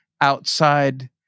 outside